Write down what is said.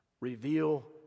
reveal